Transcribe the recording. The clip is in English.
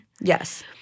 Yes